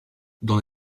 dans